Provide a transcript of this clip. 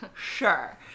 sure